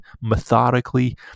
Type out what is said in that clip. methodically